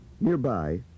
Nearby